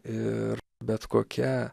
ir bet kokia